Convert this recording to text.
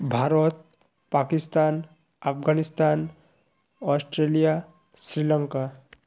Bharat Pakistan Afghanistan Australia Sri Lanka